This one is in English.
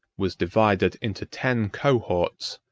was divided into ten cohorts,